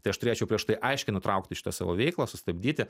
tai aš turėčiau prieš tai aiškiai nutraukti šitą savo veiklą sustabdyti